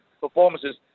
performances